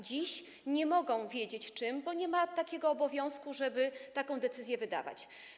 Dziś nie mogą wiedzieć czym, bo nie ma takiego obowiązku, żeby taką decyzję wydawać.